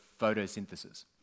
photosynthesis